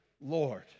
Lord